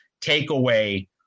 takeaway